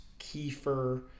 kefir